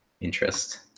interest